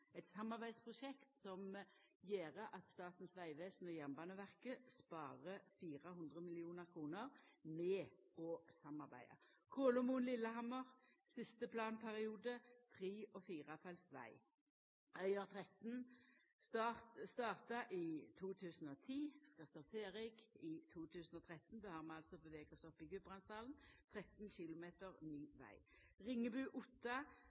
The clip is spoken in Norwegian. eit samarbeidsprosjekt som gjer at Statens vegvesen og Jernbaneverket sparer 400 mill. kr på å samarbeida. Kolomoen–Lillehammer: siste planperiode, tre- og firefeltsveg Øyer–Tretten starta i 2010, skal stå ferdig i 2013, då har vi altså bevega oss opp i Gudbrandsdalen – 13 km